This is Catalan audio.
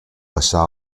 passar